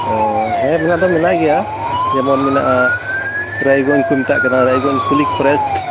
ᱚᱻ ᱦᱮᱸ ᱢᱮᱱᱟᱜ ᱫᱚ ᱢᱮᱱᱟᱜ ᱜᱮᱭᱟ ᱡᱮᱢᱚᱱ ᱢᱮᱱᱟᱜᱼᱟ ᱨᱟᱭᱜᱚᱧᱡᱽ ᱠᱚ ᱢᱮᱛᱟᱜ ᱠᱮᱱᱟ ᱨᱟᱭᱜᱚᱧᱡᱽ ᱠᱩᱞᱤᱠ ᱯᱷᱚᱨᱮᱥᱴ